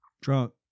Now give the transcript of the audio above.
Drunk